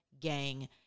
gang